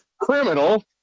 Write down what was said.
Criminal